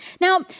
Now